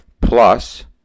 Plus